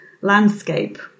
landscape